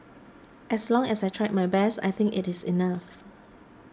as long as I tried my best I think it is enough